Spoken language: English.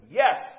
yes